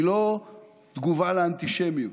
היא לא תגובה לאנטישמיות,